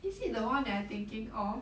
is it the one that I'm thinking of